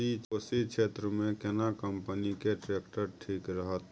कोशी क्षेत्र मे केना कंपनी के ट्रैक्टर ठीक रहत?